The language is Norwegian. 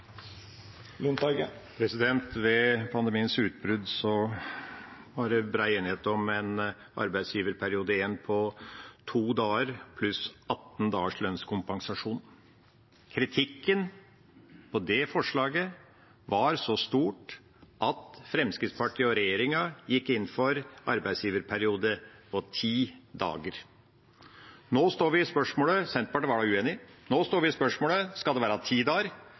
Lundteigen har hatt ordet to gonger tidlegare og får ordet til ein kort merknad, avgrensa til 1 minutt. Ved pandemiens utbrudd var det bred enighet om en arbeidsgiverperiode I på to dager pluss 18 dagers lønnskompensasjon. Kritikken mot det forslaget var så stor at Fremskrittspartiet og regjeringa gikk inn for en arbeidsgiverperiode på ti dager. Senterpartiet var uenig. Nå står vi i spørsmålet: Skal det være